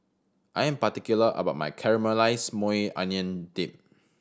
I am particular about my Caramelized Maui Onion Dip